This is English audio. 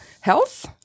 health